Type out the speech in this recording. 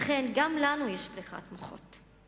וכן, גם לנו יש בריחת מוחות.